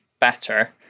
better